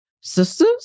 sisters